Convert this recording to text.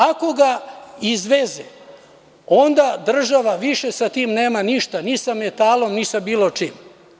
Ako ga izveze, onda država više sa tim nema ništa ni sa metalom, ni sa bilo čim.